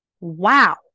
Wow